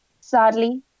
Sadly